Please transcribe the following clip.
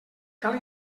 cal